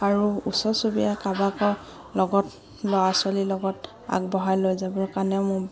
আৰু ওচৰ চুবুৰীয়া কাৰোবাক লগত ল'ৰা ছোৱালীৰ লগত আগবঢ়াই লৈ যাবৰ কাৰণে মোৰ